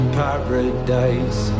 paradise